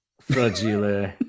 Fragile